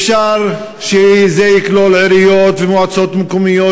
אפשר שזה יכלול עיריות ומועצות מקומיות,